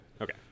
Okay